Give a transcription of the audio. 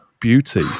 beauty